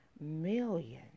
million